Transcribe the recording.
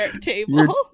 table